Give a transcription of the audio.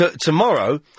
Tomorrow